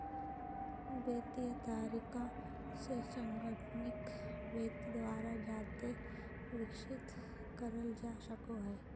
वित्तीय तरीका से संगणकीय वित्त द्वारा जादे विकसित करल जा सको हय